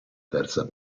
terza